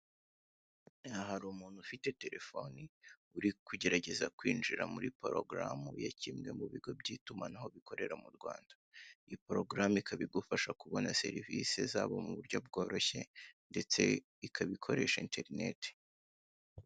Aha hari umuntu ufite telefoni uri kugerageza kwinjira muri porogaramu ya kimwe mubigo by'itumanaho bikorera mu Rwanda. Iyi porogaramu ikaba igufasha kubona serivise zabo muburyo bworoshye, ndetse ikaba ikoresha enterineti.